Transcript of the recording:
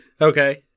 okay